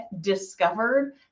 discovered